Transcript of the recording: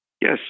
Yes